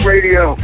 Radio